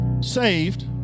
saved